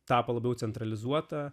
tapo labiau centralizuota